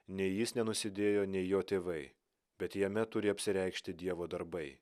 nei jis nenusidėjo nei jo tėvai bet jame turi apsireikšti dievo darbai